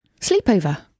sleepover